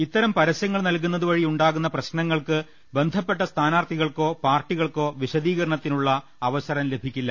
ഇത്തരം പരസ്യങ്ങൾ നൽകുന്നതു വഴി ഉണ്ടാകു ന്ന പ്രശ്നങ്ങൾക്ക് ബന്ധപ്പെട്ട സ്ഥാനാർത്ഥികൾക്കോ പാർട്ടികൾ ക്കോ വിശദീകരണത്തിനുള്ള അവസരം ലഭിക്കില്ല